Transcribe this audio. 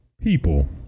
people